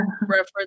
reference